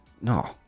No